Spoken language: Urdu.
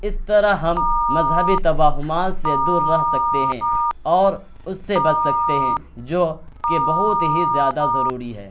اس طرح ہم مذہبی توہمات سے دور رہ سکتے ہیں اور اس سے بچ سکتے ہیں جو کہ بہت ہی زیادہ ضروری ہے